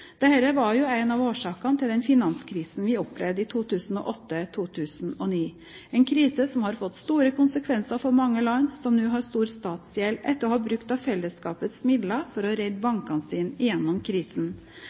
var jo en av årsakene til den finanskrisen vi opplevde i 2008–2009 – en krise som har fått store konsekvenser for mange land som nå har stor statsgjeld etter å ha brukt av fellesskapets midler for å redde bankene sine gjennom krisen.